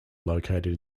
located